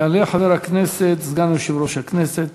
יעלה חבר הכנסת, סגן יושב-ראש הכנסת